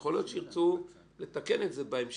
יכול להיות שירצו לתקן את זה בהמשך,